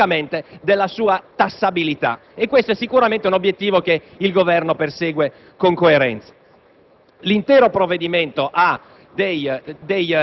dell'operatività dell'impresa, ma unicamente della sua tassabilità. Questo è sicuramente l'obiettivo che il Governo persegue con coerenza.